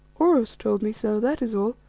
oros told me so, that is all,